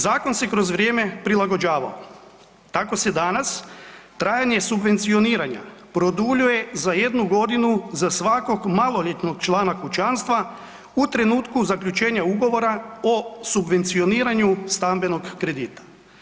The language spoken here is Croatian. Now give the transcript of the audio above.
Zakon se kroz vrijeme prilagođavao, tako se danas trajanje subvencioniranja produljuje za 1 godinu za svakog maloljetnog člana kućanstva u trenutku zaključenja ugovora o subvencioniranju stambenog kredita.